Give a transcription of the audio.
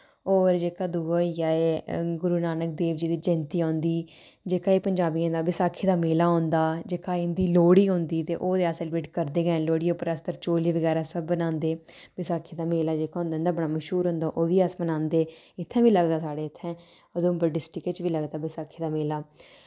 और जेह्का दूआ होई गेआ एह् गुरुनानक देव जी दी जयंती औंदी जेह्का एह् पंजाबियें दा बैसाखी दा मेला होंदा जेह्का इं'दी लोह्ड़ी होंदी ते ओह् ते अस सैलिब्रेट करदे गै न लोह्ड़ी उप्पर अस तरचोली बगैरा सब बनांदे बसाखी दा मेला जेह्का होंदा इं'दा बड़ा मश्हूर होंदा ओह् बी अस मनांदे इत्थै बी लगदा साढ़े इत्थै उधमपुर डिस्ट्रिक च बी लगदा बसाखी दा मेला